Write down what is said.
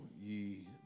ye